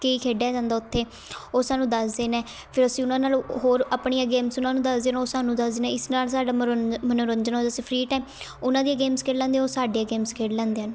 ਕੀ ਖੇਡਿਆ ਜਾਂਦਾ ਉੱਥੇ ਉਹ ਸਾਨੂੰ ਦੱਸਦੇ ਨੇ ਫਿਰ ਅਸੀਂ ਉਹਨਾਂ ਨਾਲ਼ ਹੋਰ ਆਪਣੀਆਂ ਗੇਮਸ ਉਹਨਾਂ ਨੂੰ ਦੱਸਦੇ ਨੇ ਉਹ ਸਾਨੂੰ ਦੱਸਦੇ ਨੇ ਇਸ ਨਾਲ਼ ਸਾਡਾ ਮਨੋਰੰਜ ਮਨੋਰੰਜਨ ਹੋ ਅਸੀਂ ਫ੍ਰੀ ਟਾਈਮ ਉਹਨਾਂ ਦੀਆਂ ਗੇਮਸ ਖੇਡ ਲੈਂਦੇ ਉਹ ਸਾਡੀਆਂ ਗੇਮਸ ਖੇਡ ਲੈਂਦੇ ਹਨ